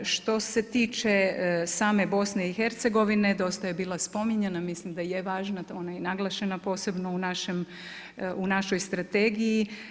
Što se tiče same Bosne i Hercegovine dosta je bilo spominjano, mislim da je važna, ona je i naglašena posebno u našoj strategiji.